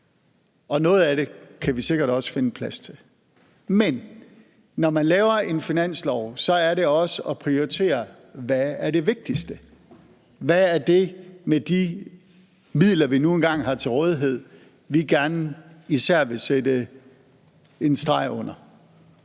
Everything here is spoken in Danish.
noget af det kan vi sikkert også finde plads til. Men når man laver en finanslov, gælder det også at prioritere: Hvad er det vigtigste? Hvad er det, som vi med de midler, vi nu engang har til rådighed, gerne især vil sætte en streg under?